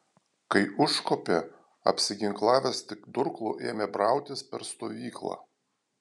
kai užkopė apsiginklavęs tik durklu ėmė brautis per stovyklą